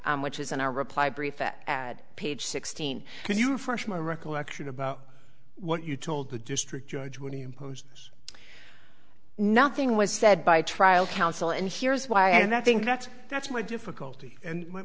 e which is in our reply brief add page sixteen to you first my recollection about what you told the district judge when you nothing was said by trial counsel and here's why and i think that's that's my difficulty and my